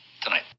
tonight